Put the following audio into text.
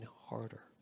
harder